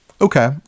Okay